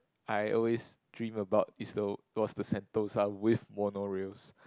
I always dream about is the was the Sentosa with monorails